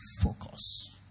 focus